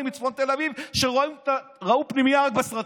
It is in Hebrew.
מצפון תל אביב שראו פנימייה רק בסרטים?